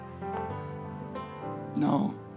No